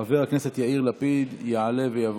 חבר הכנסת יאיר לפיד, יעלה ויבוא.